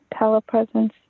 telepresence